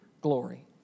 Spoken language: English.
glory